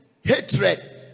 hatred